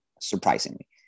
surprisingly